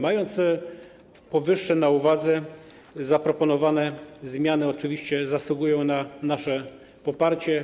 Biorąc powyższe pod uwagę, zaproponowane zmiany oczywiście zasługują na nasze poparcie.